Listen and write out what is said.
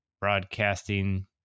broadcasting